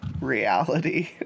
reality